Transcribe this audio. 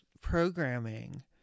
programming